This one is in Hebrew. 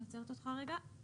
אני עוצרת אותך רגע.